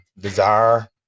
desire